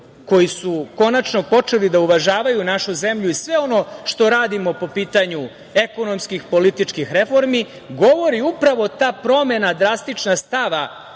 koji su konačno počeli da uvažavaju našu zemlju i sve ono što radimo po pitanju ekonomskih političkih reformi, govori upravo ta promena stava